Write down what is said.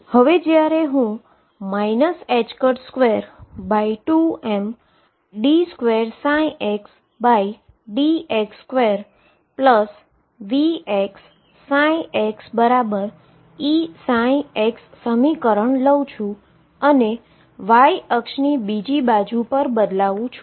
હવે જ્યારે હુ 22md2xdx2VxxEψ સમીકરણ લઉ છુ અને y એક્સીસની બીજી બાજુ પર બદલાવુ છું